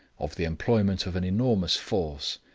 of the employment of an enormous force,